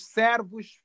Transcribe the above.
servos